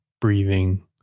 breathing